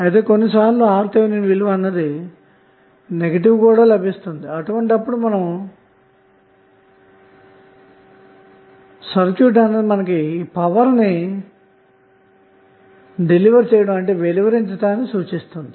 అయితే కొన్ని సార్లు RTh విలువ నెగటివ్ ఉండచ్చు అటువంటప్పుడు సర్క్యూట్ పవర్ ని వెలువరించటాన్ని సూచిస్తుంది